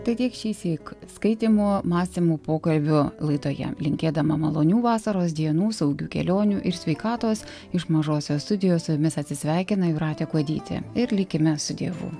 tai tiek šįsyk skaitymų mąstymų pokalbių laidoje linkėdama malonių vasaros dienų saugių kelionių ir sveikatos iš mažosios studijos su jumis atsisveikina jūratė kuodytė ir likime su dievu